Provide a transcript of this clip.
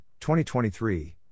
2023